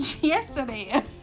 yesterday